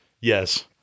Yes